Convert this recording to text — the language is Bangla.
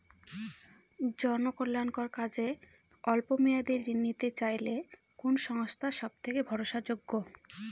জনকল্যাণকর কাজে অল্প মেয়াদী ঋণ নিতে চাইলে কোন সংস্থা সবথেকে ভরসাযোগ্য?